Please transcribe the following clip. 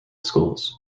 schools